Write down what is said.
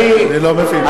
אני לא מבין,